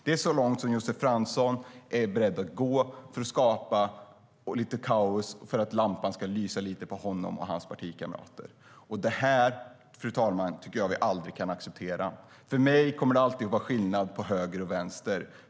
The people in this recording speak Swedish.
Det är så långt som Josef Fransson är beredd att gå för att skapa lite kaos så att lampan ska lysa lite på honom och hans partikamrater. Det här, fru talman, tycker jag att vi aldrig kan acceptera. För mig kommer det alltid att vara skillnad på höger och vänster.